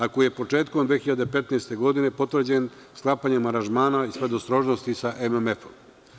Ako je početkom 2015. godine potvrđen sklapanjem aranžmana iz predostrožnosti sa MMF-om.